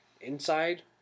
inside